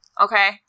Okay